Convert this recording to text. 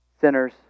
sinners